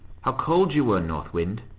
how cold you were, north wind!